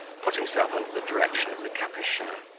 put himself under the direction of the capuchin,